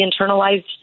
internalized